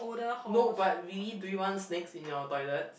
no but really do you want snakes in your toilet